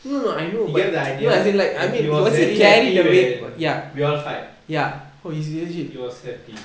he gave the idea and he was very happy when we all fight he was happy